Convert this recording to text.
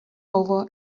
over